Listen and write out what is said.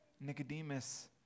Nicodemus